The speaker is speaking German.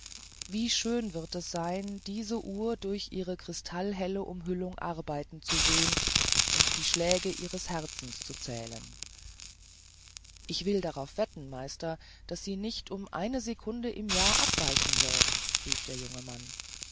wie schön wird es sein diese uhr durch ihre krystallhelle umhüllung arbeiten zu sehen und die schläge ihres herzens zu zählen ich will darauf wetten meister daß sie nicht um eine secunde im jahr abweichen wird rief der junge mann